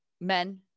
men